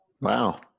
Wow